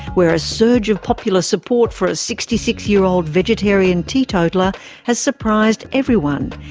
where a surge of popular support for a sixty six year old vegetarian teetotaller has surprised everyone,